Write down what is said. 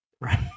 Right